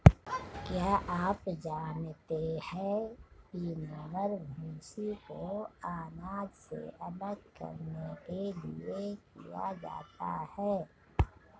क्या आप जानते है विनोवर, भूंसी को अनाज से अलग करने के लिए किया जाता है?